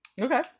okay